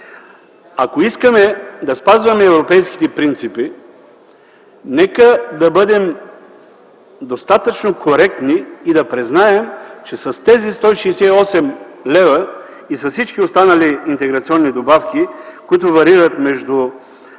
Ако искаме да спазваме европейските принципи, нека да бъдем достатъчно коректни и да признаем, че с тези 168 лв. и с всички останали интеграционни добавки, които варират между